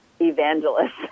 evangelist